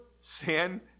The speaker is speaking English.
sin